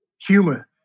humor